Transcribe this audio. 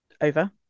over